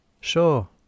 Sure